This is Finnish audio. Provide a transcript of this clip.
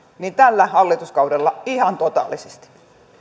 tällä hallituskaudella ihan totaalisesti